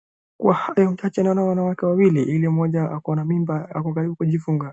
Kwa hayo machache ninaona wanawake wawili, ile mmoja ako na mimba ako karibu kujifungua.